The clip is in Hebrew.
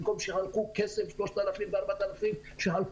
במקום לחלק כסף בסכומים של 3,000-4,000 אני מציע לחלק